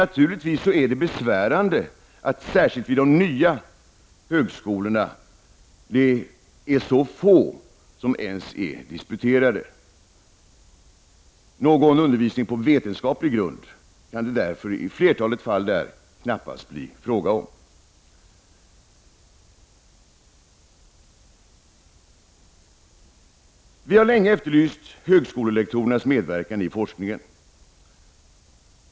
Naturligtvis är det besvärande att det särskilt vid de nya högskolorna är få som ens har disputerat. Någon undervisning på vetenskaplig grund kan det därför i flertalet fall knappast vara fråga om. Moderaterna har länge efterlyst högskolelektorernas medverkan i forskningen.